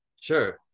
Sure